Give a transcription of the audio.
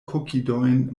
kokidojn